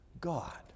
God